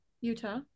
Utah